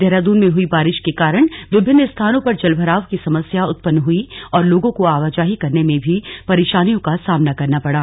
देहरादून में हुई बारिश के कारण विभिन्न स्थानों पर जलभराव की समस्या उत्पन्न हुई और लोगों को आवाजाही करने में भी परेशानियों का सामना करना पड़ा